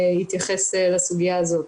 יתייחס לסוגיה הזאת.